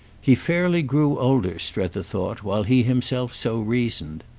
he fairly grew older, strether thought, while he himself so reasoned.